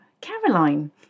Caroline